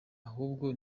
ahubwo